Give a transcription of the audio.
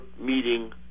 meeting